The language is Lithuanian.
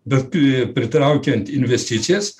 bet pi pritraukiant investicijas